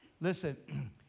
Listen